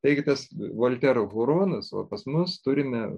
taigi tas voltero huronas o pas mus turime